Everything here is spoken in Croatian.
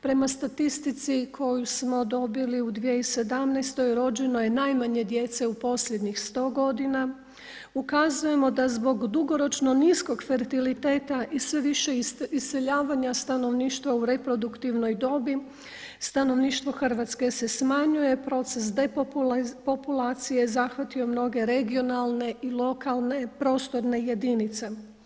Prema statistici koju smo dobili u 2017. rođeno je najmanje djece u posljednjih 100 godina, ukazujemo da zbog dugoročno niskog fertiliteta i sve više iseljavanja stanovništva u reproduktivnoj dobi, stanovništvo Hrvatske se smanjuje, proces depopulacije zahvatio mnoge regionalne i lokalne prostorne jedinice.